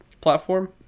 platform